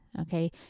okay